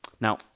Now